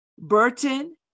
Burton